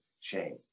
shame